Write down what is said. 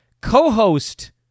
co-host